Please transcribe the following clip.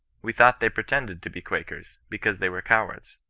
we thought they pretended to be qualcers, because they were cowaras